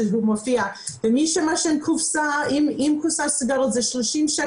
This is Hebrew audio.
מי שמעשן קופסה אם קופסת סיגריות עולה 30,